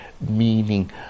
meaning